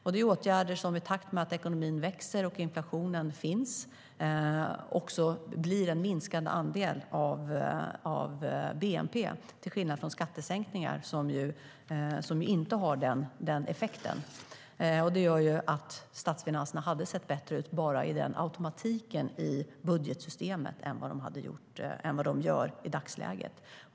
Det är åtgärder som i takt med att inflationen växer och med tanke på att inflationen finns också blir en minskande andel av bnp till skillnad från skattesänkningar, som inte har den effekten. Det gör att statsfinanserna hade sett bättre ut bara i automatiken i budgetsystemet än vad de gör i dagsläget.